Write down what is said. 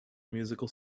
musical